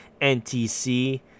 NTC